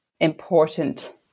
important